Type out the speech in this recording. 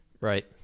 Right